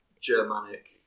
Germanic